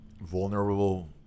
vulnerable